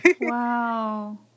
wow